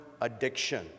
addiction